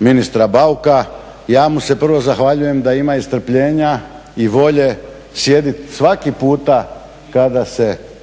ministra Bauka, ja mu se prvo zahvaljujem da ima i strpljenja i volje sjediti svaki puta kada se